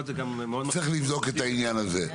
צריך לבדוק את העניין הזה.